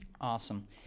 Awesome